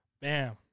bam